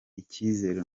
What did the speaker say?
icyizere